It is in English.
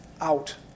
out